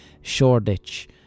...Shoreditch